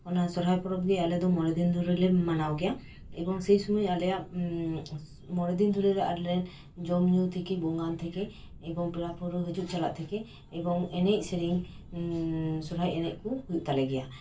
ᱚᱱᱟ ᱥᱚᱦᱨᱟᱭ ᱯᱚᱨᱚᱵᱽ ᱜᱮ ᱟᱞᱮ ᱫᱚ ᱢᱚᱬᱮ ᱫᱤᱱ ᱫᱷᱚᱨᱮ ᱞᱮ ᱢᱟᱱᱟᱣ ᱜᱮᱭᱟ ᱮᱵᱚᱝ ᱥᱮᱭ ᱟᱞᱮ ᱢᱚᱬᱮ ᱫᱤᱱ ᱫᱷᱚᱨᱮ ᱡᱚᱢ ᱧᱩ ᱛᱷᱮᱠᱮ ᱵᱚᱸᱜᱟᱱ ᱛᱷᱮᱠᱮ ᱮᱵᱚᱝ ᱯᱮᱲᱟ ᱯᱟᱹᱲᱦᱟᱹ ᱦᱤᱡᱩᱜ ᱪᱟᱞᱟᱜ ᱛᱷᱮᱠᱮ ᱮᱵᱚᱝ ᱮᱱᱮᱡ ᱥᱮᱨᱮᱧ ᱥᱚᱨᱦᱟᱭ ᱮᱱᱮᱡ ᱠᱚ ᱦᱩᱭᱩᱜ ᱛᱟᱞᱮ ᱜᱮᱭᱟ